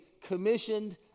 commissioned